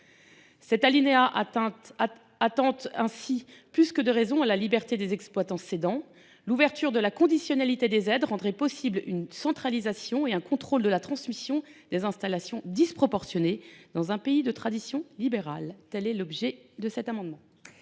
Cet alinéa attente ainsi plus que de raison à la liberté des exploitants et des cédants : l’ouverture de la conditionnalité des aides rendrait possibles une centralisation et un contrôle de la transmission et des installations disproportionnés dans un pays de tradition libérale. Les deux amendements